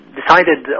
decided